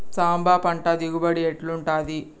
సాంబ పంట దిగుబడి ఎట్లుంటది?